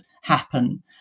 happen